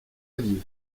aviv